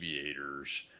aviators